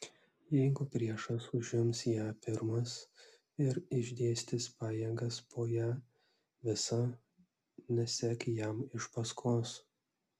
jeigu priešas užims ją pirmas ir išdėstys pajėgas po ją visą nesek jam iš paskos